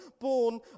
born